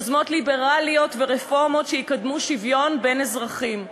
יוזמות ליברליות ורפורמות יקדמו שוויון בין אזרחים.